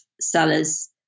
sellers